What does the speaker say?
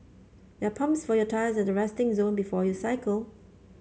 there are pumps for your tyres at the resting zone before you cycle